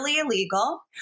illegal